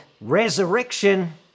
resurrection